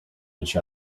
each